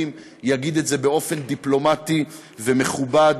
יגיד את זה באופן דיפלומטי ומכובד.